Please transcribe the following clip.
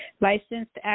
licensed